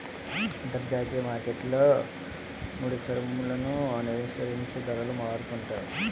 అంతర్జాతీయ మార్కెట్లో ముడిచమురులను అనుసరించి ధరలు మారుతుంటాయి